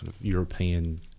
European